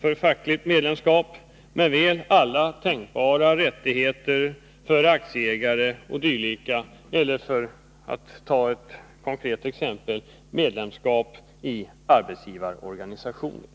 för fackligt medlemskap, men väl alla tänkbara rättigheter när det gäller aktieägare o. d. samt, för att ta ett konkret exempel, i fråga om avgifter för medlemskap i arbetsgivarorganisationer.